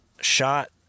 shot